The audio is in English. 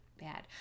Bad